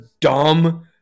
dumb